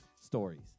stories